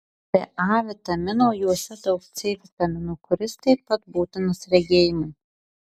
be a vitamino juose daug c vitamino kuris taip pat būtinas regėjimui